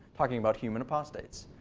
talking about human apostates.